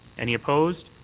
any opposed?